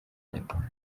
nyarwanda